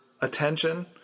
attention